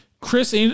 Chris